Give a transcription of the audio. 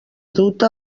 duta